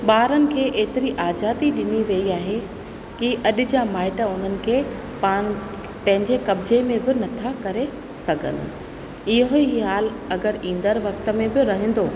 ॿारनि खे एतिरी आज़ादी ॾिनी वेई आहे इहा अॼ जा माइट उननि खे पाण पंहिंजे कबज़े में नथा करे सघनि इहो ई ख़्यालु अगरि ईंदड़ु वक्त में बि रहिंदो